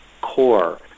core